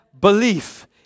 belief